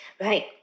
Right